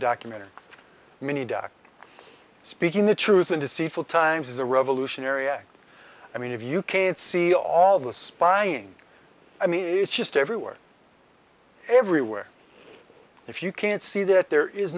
documentary speaking the truth in deceitful times is a revolutionary act i mean if you can't see all the spying i mean it's just everywhere everywhere if you can't see that there is